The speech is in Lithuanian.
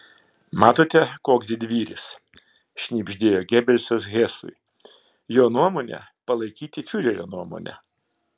matote koks didvyris šnibždėjo gebelsas hesui jo nuomonė palaikyti fiurerio nuomonę